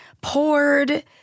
poured